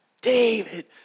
David